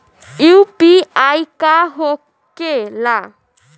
UPI का होके ला?